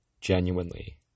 genuinely